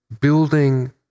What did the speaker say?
building